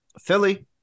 Philly